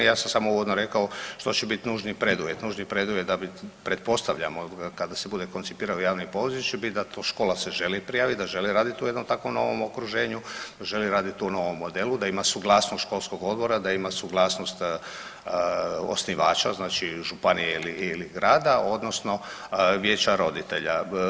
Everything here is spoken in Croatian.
Ja sam samo uvodno rekao što će biti nužni preduvjet, nužni preduvjet pretpostavljamo kada se bude koncipirao javni poziv će biti da to škola se želi prijaviti, da želi raditi u jednom takvom novom okruženju, da želi raditi u novom modelu, da ima suglasnost školskog odbora, da ima suglasnost osnivača znači županije ili grada odnosno vijeća roditelja.